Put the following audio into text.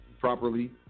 properly